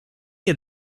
had